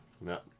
no